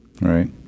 right